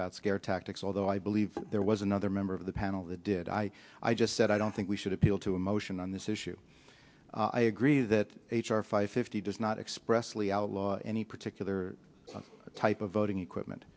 about scare tactics although i believe there was another member of the panel the did i i just said i don't think we should appeal to emotion on this issue i agree that h r five fifty does not expressly outlawed any particular type of voting equipment